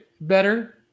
better